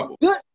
Good